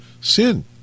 sin